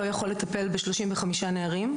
לא יכול לטפל ב-35 נערים.